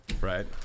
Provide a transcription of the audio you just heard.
right